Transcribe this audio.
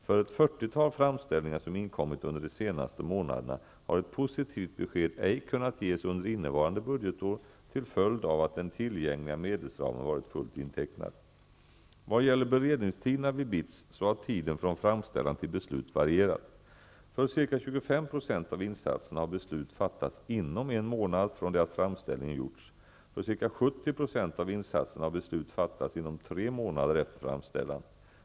För ett fyrtiotal framställningar som inkommit under de senaste månaderna har ett positivt besked ej kunnat ges under innevarande budgetår till följd av att den tillgängliga medelsramen varit fullt intecknad. Vad gäller beredningstiderna vid BITS så har tiden från framställan till beslut varierat. För ca 25 % av insatserna har beslut fattats inom en månad från det att framställningen gjorts. För ca 70 % av insatserna har beslut fattats inom tre månader efter framställan.